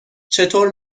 چطور